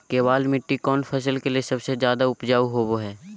केबाल मिट्टी कौन फसल के लिए सबसे ज्यादा उपजाऊ होबो हय?